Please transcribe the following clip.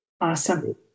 Awesome